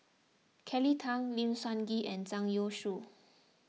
Kelly Tang Lim Sun Gee and Zhang Youshuo